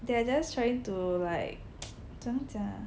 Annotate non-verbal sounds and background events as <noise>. they are just trying to like <noise> 怎么讲啊